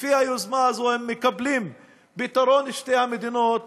ולפי היוזמה הזאת הם מקבלים את פתרון שתי המדינות,